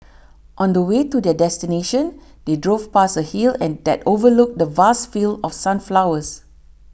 on the way to their destination they drove past a hill and that overlooked the vast fields of sunflowers